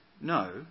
No